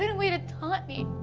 and way to taunt me,